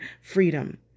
freedom